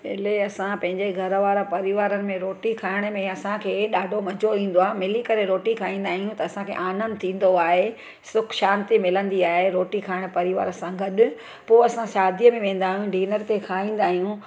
पहिरियों असां पंहिंजे घर वारा परिवार में रोटी खाइण में असांखे ॾाढो मज़ो ईंदो आहे मिली करे रोटी खाईंदा आहियूं त असांखे आनंद थींदो आहे सुखु शांती मिलंदी आहे रोटी खाइण परिवार सां गॾु पो असां शादीअ में वेंदा आहियूं डिनर ते खाईंदा आहियूं